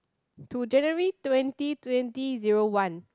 to January twenty twenty zero one